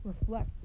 Reflect